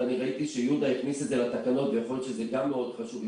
וראיתי שיהודה הכניס את זה לתקנות ויכול להיות שזה גם מאוד חשוב.